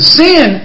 sin